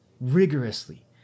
rigorously